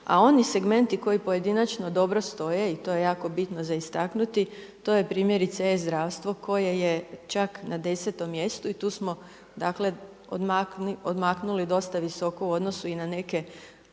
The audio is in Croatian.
A oni segmenti koji pojedinačno dobro stoje i to je jako bitno za istaknuti to je primjerice e-zdravstvo koje je čak na 10.-om mjestu i tu smo dakle odmaknuli dosta visoko u odnosu i na neke,